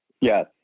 Yes